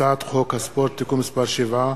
הצעת חוק הספורט (תיקון מס' 7),